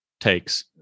takes